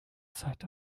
zeit